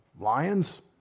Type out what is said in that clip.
lions